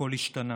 הכול השתנה.